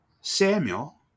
Samuel